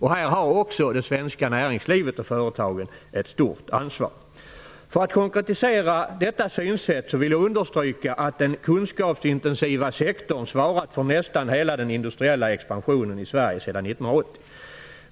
Här har också det svenska näringslivet och företagen ett stort ansvar. För att konkretisera detta synsätt vill jag understryka att den kunskapsintensiva sektorn svarat för nästan hela den industriella expansionen i Sverige sedan 1980.